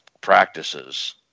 practices